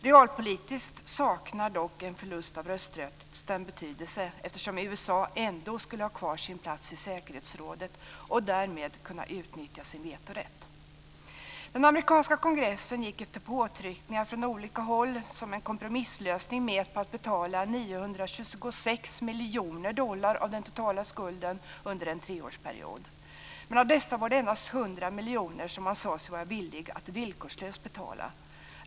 Realpolitiskt saknar dock en förlust av rösträtten betydelse, eftersom USA ändå skulle ha kvar sin plats i säkerhetsrådet och därmed kunna utnyttja sin vetorätt. Den amerikanska kongressen gick efter påtryckningar från olika håll som en kompromisslösning med på att betala 926 miljoner dollar av den totala skulden under en treårsperiod. Men av dessa var det endast 100 miljoner som man sade sig vara villig att villkorslöst betala.